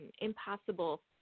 impossible